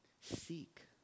Seek